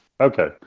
Okay